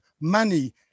money